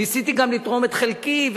ניסיתי גם לתרום את חלקי,